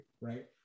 right